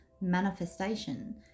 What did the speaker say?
manifestation